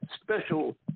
special